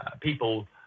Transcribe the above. People